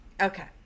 okay